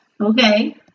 Okay